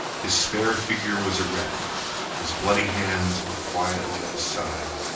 his spare figure was erect his bloody hands were quietly at his side.